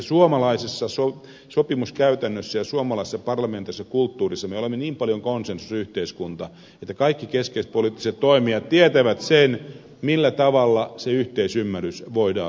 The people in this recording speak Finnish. suomalaisessa sopimuskäytännössä ja suomalaisessa parlamentaarisessa kulttuurissa me olemme niin paljon konsensusyhteiskunta että kaikki keskeiset poliittiset toimijat tietävät sen millä tavalla se yhteisymmärrys voidaan löytää